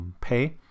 pay